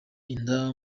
inda